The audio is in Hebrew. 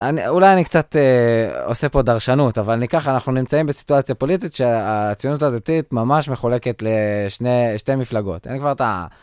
אולי אני קצת עושה פה דרשנות אבל ניקח, אנחנו נמצאים בסיטואציה פוליטית שהציונות הדתית ממש מחולקת לשתי מפלגות. אין כבר את ה...